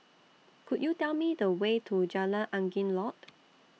Could YOU Tell Me The Way to Jalan Angin Laut